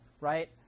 right